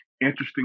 interesting